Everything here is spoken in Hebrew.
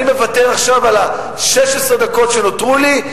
אני מוותר עכשיו על 16 הדקות שנותרו לי,